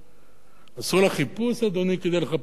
עשו לה חיפוש, אדוני, כדי לחפש לפידים